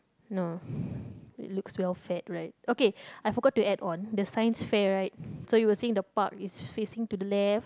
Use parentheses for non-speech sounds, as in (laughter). no (breath) it looks well fed right okay I forgot to add on the Science fair right so you were saying the park is facing to the left